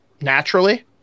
naturally